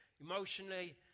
emotionally